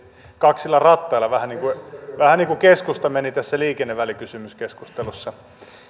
kaksilla rattailla vähän niin kuin keskusta meni tässä liikennevälikysymyskeskustelussa ja